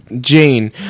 Jane